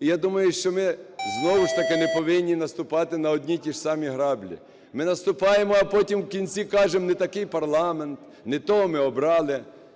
І я думаю, що ми знову ж таки не повинні наступати на одні й ті ж самі граблі. Ми наступаємо, а потім в кінці кажемо, не такий парламент, не того ми обрали.